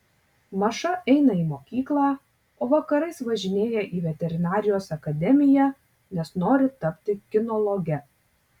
maša eina į mokyklą o vakarais važinėja į veterinarijos akademiją nes nori tapti kinologe